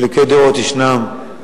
חילוקי דעות יש ויהיו,